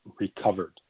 recovered